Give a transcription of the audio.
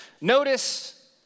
Notice